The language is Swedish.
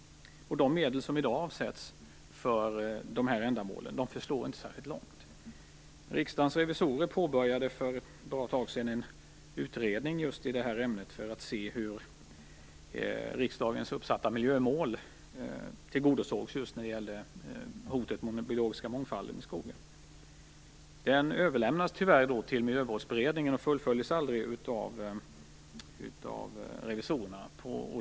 De medel som i dag avsätts för dessa ändamål förslår inte särskilt långt. Riksdagens revisorer påbörjade för ett bra tag sedan en utredning just i detta ämne för att se hur riksdagens uppsatta miljömål tillgodoses just när det gäller hotet mot den biologiska mångfalden i skogen. Den överlämnades tyvärr till Miljövårdsberedningen och fullföljdes aldrig av revisorerna.